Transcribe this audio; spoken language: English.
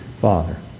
father